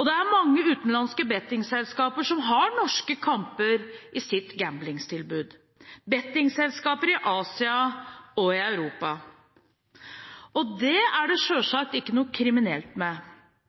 Det er mange utenlandske «betting»-selskaper som har norske kamper i sitt gamblingtilbud, «betting»-selskaper i Asia og i Europa. Det er det selvsagt ikke noe kriminelt med,